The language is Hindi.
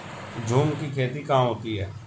झूम की खेती कहाँ होती है?